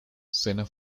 cena